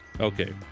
Okay